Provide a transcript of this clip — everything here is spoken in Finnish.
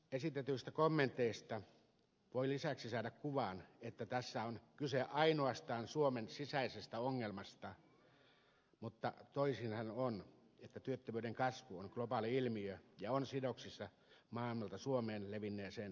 esitetyistä kommenteista voi lisäksi saada kuvan että tässä on kyse ainoastaan suomen sisäisestä ongelmasta mutta tosihan on että työttömyyden kasvu on globaali ilmiö ja on sidoksissa maailmalta suomeen levinneeseen taloustaantumaan